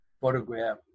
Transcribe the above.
photograph